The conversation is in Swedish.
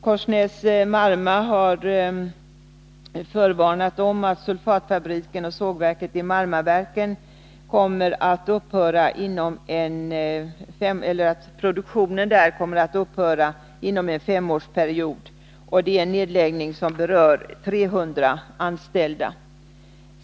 Korsnäs-Marma har förvarnat om att produktionen inom sulfatfabriken och sågverket i Marmaverken kommer att upphöra inom en femårsperiod. Det är en nedläggning som berör 300 anställda.